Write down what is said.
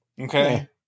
Okay